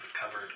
covered